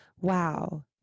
wow